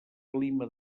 clima